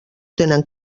tenen